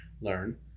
learn